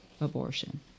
abortion